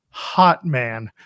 Hotman